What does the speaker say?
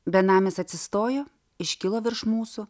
benamis atsistojo iškilo virš mūsų